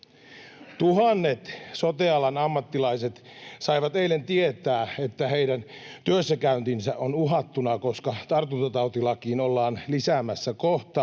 Tuhannet sote-alan ammattilaiset saivat eilen tietää, että heidän työssäkäyntinsä on uhattuna, koska tartuntatautilakiin ollaan lisäämässä kohta,